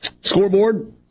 Scoreboard